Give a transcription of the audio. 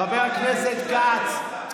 חבר הכנסת כץ,